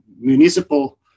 municipal